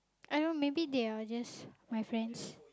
I know maybe they are just my friends